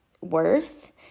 worth